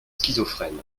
schizophrène